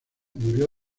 murió